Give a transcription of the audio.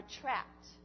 trapped